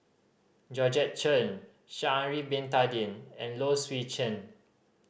Georgette Chen Sha'ari Bin Tadin and Low Swee Chen